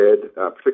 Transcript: particularly